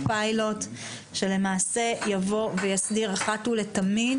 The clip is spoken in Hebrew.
פיילוט שלמעשה יבוא ויסדיר אחת ולתמיד